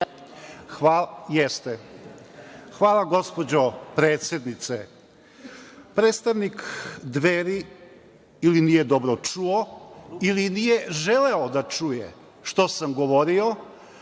Mijatović** Hvala, gospođo predsednice. Predstavnik Dveri ili nije dobro čuo ili nije želeo da čuje šta sam govorio